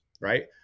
right